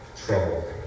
trouble